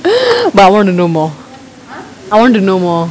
but I want to know more I want to know more